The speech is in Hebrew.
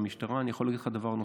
אני יכול להגיד לך דבר נוסף,